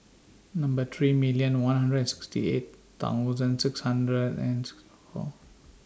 Number three thousand one hundred and sixty eight thousand six thousand six hundred and four